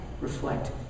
reflect